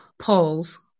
polls